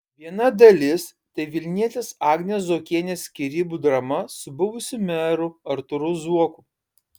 viena dalis tai vilnietės agnės zuokienės skyrybų drama su buvusiu meru artūru zuoku